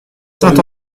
saint